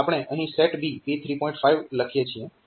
5 લખીએ છીએ